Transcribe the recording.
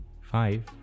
five